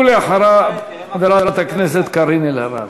ואחריו, חברת הכנסת קארין אלהרר.